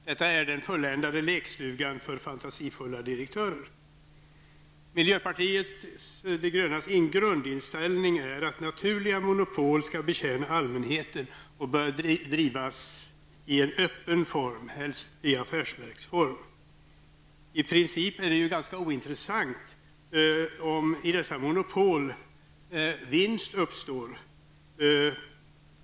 Det är den fulländade lekstugan för fantasifulla direktörer. Miljöpartiet de grönas grundinställning är att naturliga monopol skall betjäna allmänheten och bör drivas i en öppen form -- helst i affärsverksform. I princip är det ganska ointressant om vinst uppstår i dessa monopol.